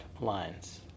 lines